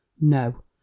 No